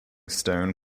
stone